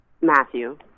Matthew